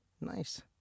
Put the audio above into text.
Nice